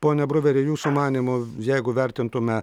pone bruveri jūsų manymu jeigu vertintume